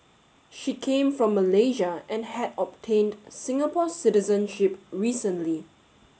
she came from Malaysia and had obtained Singapore citizenship recently